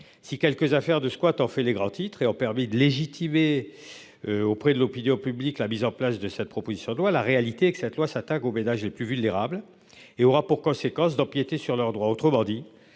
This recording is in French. si quelques affaires de squat en fait les grands titres et ont permis de légitimer. Auprès de l'opinion publique, la mise en place de cette proposition de loi, la réalité est que cette loi s'attaque aux ménages les plus vulnérables et aura pour conséquence d'empiéter sur leurs droits. Autrement dit,